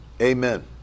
Amen